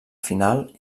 final